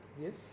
yes